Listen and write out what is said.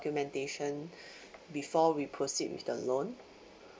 documentation before we proceed with the loan